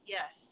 Yes